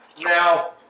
Now